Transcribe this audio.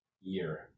year